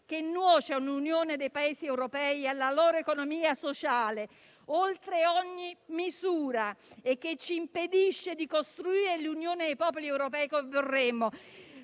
che nuoce a un'unione dei Paesi europei e alla loro economia sociale oltre ogni misura e ci impedisce di costruire l'unione dei popoli europei che vorremmo.